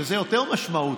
שזה יותר משמעותי,